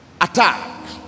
attack